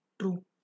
True